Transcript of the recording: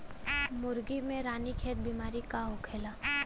मुर्गी में रानीखेत बिमारी का होखेला?